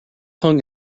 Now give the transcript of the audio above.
hung